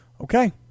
Okay